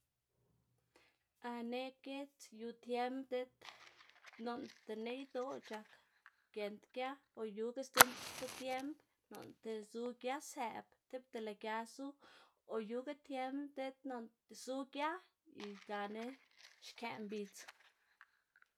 ne'g giedz yu tiemb diꞌt noꞌnda neꞌydoꞌ c̲h̲ak giend gia o yuga sti sti tiemb noꞌnda zu giasëꞌb, tipta lëꞌ gia zu o yuga tiemb diꞌt noꞌnda zu gia y gana xkë mbidz.